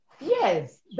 Yes